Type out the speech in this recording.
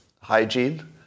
hygiene